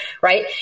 right